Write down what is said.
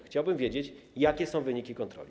Chciałbym wiedzieć, jakie są wyniki kontroli.